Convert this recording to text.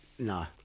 No